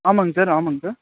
ஆமாங்க சார் ஆமாங்க சார்